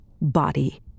body